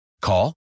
Call